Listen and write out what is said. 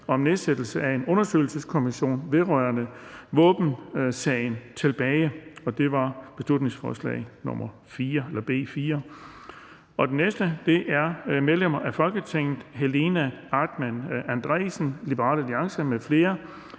om nedsættelse af en undersøgelseskommission vedrørende våbensagen. (Beslutningsforslag nr. B 4). Medlem af Folketinget Helena Artmann Andresen (LA) m.fl. har meddelt